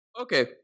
Okay